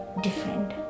different